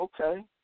okay